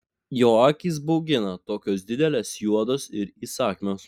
jo akys baugina tokios didelės juodos ir įsakmios